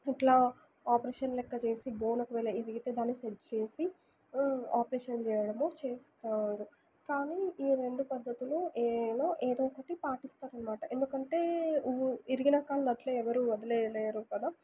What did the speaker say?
ఇట్లా ఆపరేషన్ లెక్క చేసి బోన్ ఒకవేళ విరిగితే దాన్ని సెట్ చేసి ఆపరేషన్ చేయడము చేస్తారు కానీ ఈ రెండు పద్ధతులు ఏదో ఏదో ఒకటి పాటిస్తారనమాట ఎందుకంటే విరిగిన కాలుని ఎవరు అట్లే వదిలేయలేరు కదా